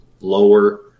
lower